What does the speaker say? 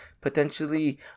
potentially